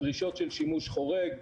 הדרישות של שימוש חורג.